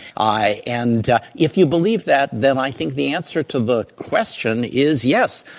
i and if you believe that, then i think the answer to the question is, yes,